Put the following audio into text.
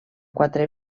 quatre